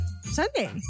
Sunday